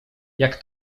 jak